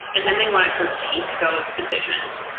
and then they want to critique those decisions.